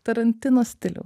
tarantino stiliau